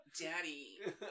Daddy